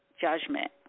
judgment